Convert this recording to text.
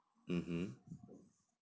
mmhmm